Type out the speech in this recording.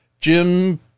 Jim